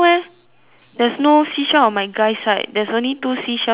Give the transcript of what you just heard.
there's no seashells on my guy side there's only two seashells on the girl side